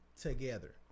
together